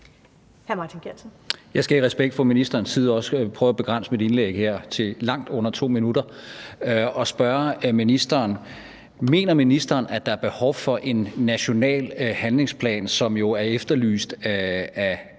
Jeg skal i respekt for ministerens tid også prøve at begrænse mit indlæg her til langt under 2 minutter og spørge ministeren: Mener ministeren, at der er behov for en national handlingsplan, som jo er efterlyst af